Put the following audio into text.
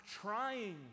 trying